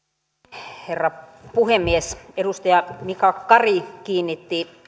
herra puhemies edustaja mika kari kiinnitti